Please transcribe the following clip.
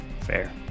Fair